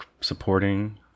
supporting